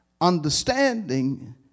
understanding